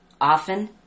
often